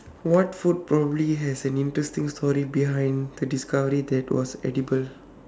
what food probably has an interesting story behind the discovery that was edible